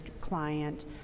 client